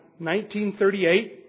1938